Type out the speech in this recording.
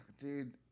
Dude